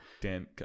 Dan